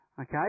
okay